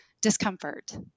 discomfort